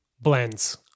blends